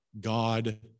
God